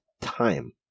time